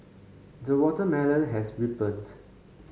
the watermelon has ripened